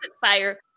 Fire